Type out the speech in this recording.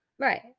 right